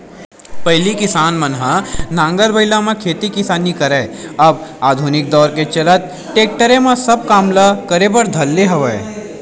पहिली किसान मन ह नांगर बइला म खेत किसानी करय अब आधुनिक दौरा के चलत टेक्टरे म सब काम ल करे बर धर ले हवय